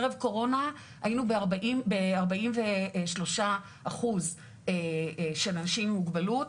ערב קורונה היינו בארבעים ושלושה אחוז של אנשים עם מוגבלות.